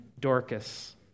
Dorcas